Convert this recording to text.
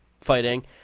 fighting